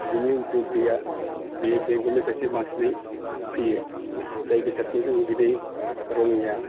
जिनि उद्य'ग गैया बे बेंगलनिफ्रायसो बांसिनै फैयो जाय बेसादखौ जोङो दिनै रङिया